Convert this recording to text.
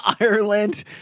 Ireland